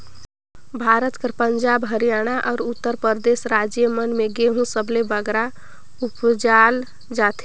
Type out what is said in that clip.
भारत कर पंजाब, हरयाना, अउ उत्तर परदेस राएज मन में गहूँ सबले बगरा उपजाल जाथे